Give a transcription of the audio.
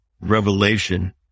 revelation